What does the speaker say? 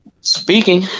Speaking